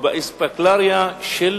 ובאספקלריה של,